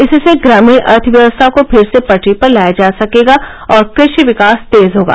इससे ग्रामीण अर्थव्यवस्था को फिर से पटरी पर लाया जा सकेगा और कृषि विकास तेज होगा